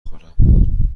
خورم